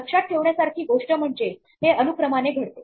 लक्षात ठेवण्यासारखी गोष्ट म्हणजे हे अनुक्रमाने घडते